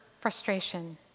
frustration